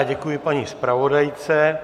Děkuji paní zpravodajce.